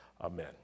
Amen